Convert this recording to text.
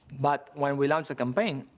but when we launched the campaign,